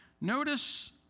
Notice